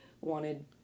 wanted